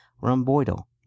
rhomboidal